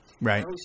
Right